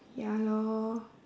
ya lor